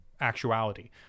actuality